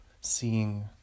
seeing